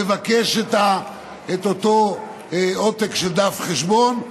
לבקש את אותו עותק דף חשבון,